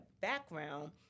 background